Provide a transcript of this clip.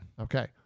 Okay